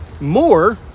more